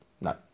No